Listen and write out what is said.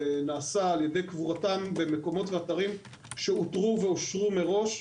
נעשה על ידי קבורתן במקומות ואתרים שאותרו ואושרו מראש.